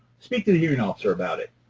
speak to the hearing officer about it.